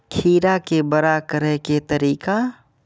खीरा के बड़ा करे के तरीका?